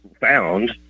found